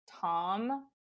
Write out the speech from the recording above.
Tom